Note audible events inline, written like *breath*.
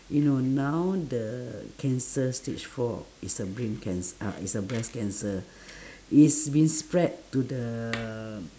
you know now the cancer stage four is a brain cance~ ah is a breast cancer *breath* it's been spread to the